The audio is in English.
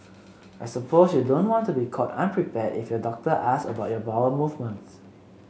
I suppose you don't want to be caught unprepared if your doctor asks about your bowel movements